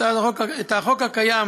החוק הקיים